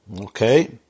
Okay